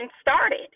started